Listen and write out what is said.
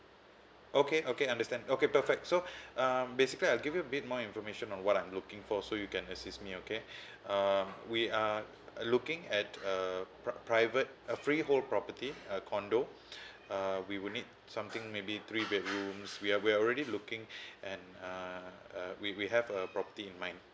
okay okay understand okay perfect so um basically I'll give you a bit more information on what I'm looking for so you can assist me okay uh we are looking at a private a free hold property a condo uh we will need something maybe three bedrooms we're we're already looking at uh uh we we have a property in mind